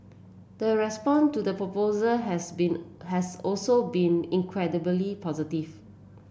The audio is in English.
the response to the proposal has been has also been incredibly positive